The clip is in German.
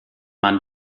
man